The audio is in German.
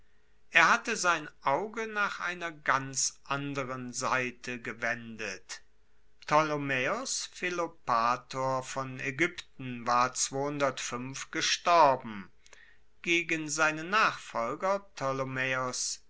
er hatte sein auge nach einer ganz anderen seite gewendet ptolemaeos philopator von aegypten war gestorben gegen seinen nachfolger